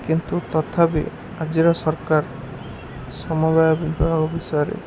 କିନ୍ତୁ ତଥାପି ଆଜିର ସରକାର ସମବାୟ ବିବାହ ବିଷୟରେ